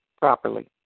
properly